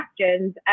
questions